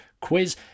quiz